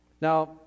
Now